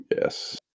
Yes